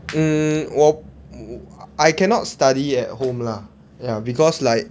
mm 我 I cannot study at home lah ya because like